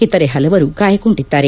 ಇತರೆ ಹಲವರು ಗಾಯಗೊಂಡಿದ್ದಾರೆ